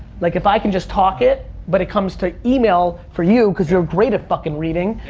like, if i can just talk it, but it comes to email for you, cause you're great at fucking reading,